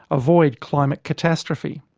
avoid climate catastrophe!